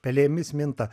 pelėmis minta